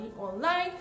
online